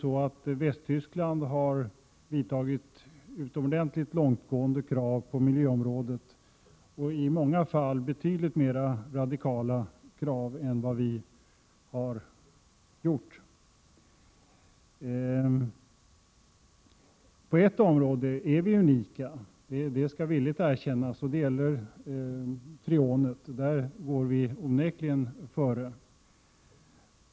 Bl.a. Västtyskland har antagit utomordentligt långtgående krav på miljöområdet, krav som i många fall är betydligt mer radikala än våra. På ett område är vi unika — det skall villigt erkännas — och det är när det gäller freonet; där går vi onekligen före.